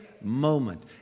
moment